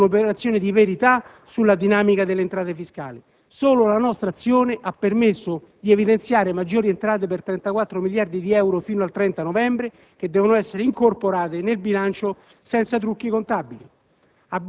facendo una operazione di verità sulla dinamica delle entrate fiscali. Solo la nostra azione ha permesso di evidenziare maggiori entrate per 34 miliardi di euro fino al 30 novembre che devono essere incorporate nel bilancio senza trucchi contabili.